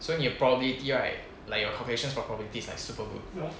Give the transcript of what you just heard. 所以你的 probability right like your calculations for probability is like super good